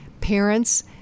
Parents